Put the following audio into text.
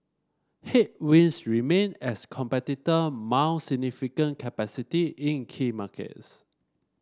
headwinds remain as competitor mount significant capacity in key markets